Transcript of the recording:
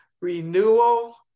renewal